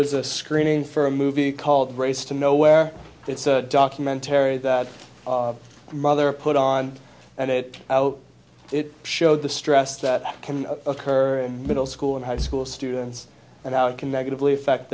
was a screening for a movie called race to nowhere it's a documentary that mother put on and it out it showed the stress that can occur in middle school and high school students and how it can negatively affect